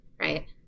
right